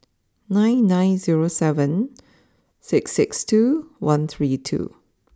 nine nine zero seven six six two one three two